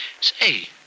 Say